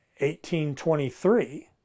1823